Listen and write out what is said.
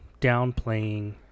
downplaying